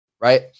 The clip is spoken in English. right